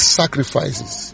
sacrifices